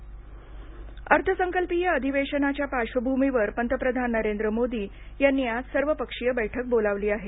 पंतप्रधान अर्थसंकल्पीय अधिवेशनाच्या पार्श्वभूमीवर पंतप्रधान नरेंद्र मोदी यांनी आज सर्वपक्षीय बैठक बोलावली आहे